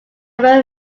were